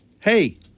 Hey